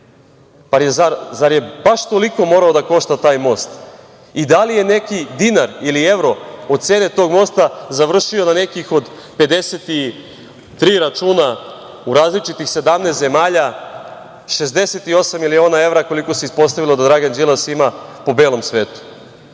Zar je baš toliko morao da košta taj most? Da li je neki dinar ili evro od cene tog mosta završio na nekih od 53 računa u različitih 17 zemalja, 68 miliona evra koliko se ispostavilo da Dragan Đilas ima po belom svetu? Zašto